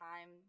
time